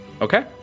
Okay